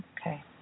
Okay